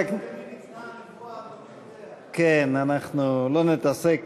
אתה יודע למי ניתנה הנבואה, כן, אנחנו לא נתעסק